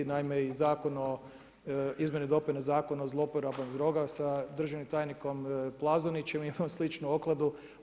Naime i Zakon o izmjeni i dopuni Zakona o zlouporabi droga sa državnim tajnikom Plazonićem imam sličnu opkladu.